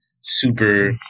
super